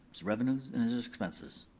it's revenues and it's it's expenses.